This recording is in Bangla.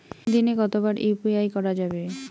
দিনে কতবার ইউ.পি.আই করা যাবে?